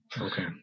Okay